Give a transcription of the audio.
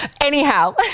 Anyhow